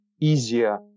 easier